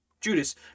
Judas